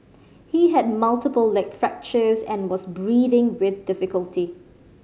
he had multiple leg fractures and was breathing with difficulty